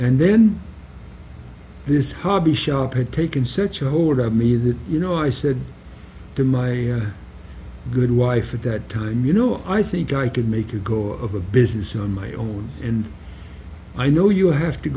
and then this hobby shop had taken such a hold of me that you know i said to my good wife at that time you know i think i can make a go of a business on my own and i know you have to